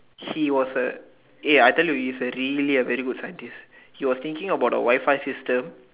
he was a eh I tell you he's a really good scientist he was thinking about the Wi-Fi system